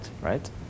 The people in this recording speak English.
right